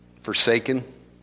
Forsaken